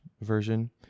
version